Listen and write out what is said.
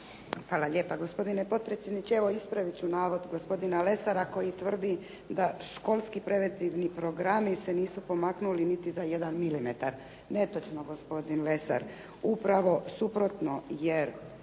Hvala lijepa gospodine potpredsjedniče. Evo ispraviti ću navod gospodina Lesara koji tvrdi da školski preventivni programi se nisu pomaknuli niti za jedan milimetar. Netočno gospodine Lesar, upravo suprotno jer